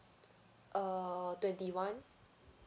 uh twenty one